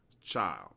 child